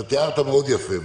תיארת מאוד יפה,